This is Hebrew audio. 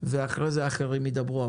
ואחרי כן אחרים ידברו.